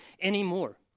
anymore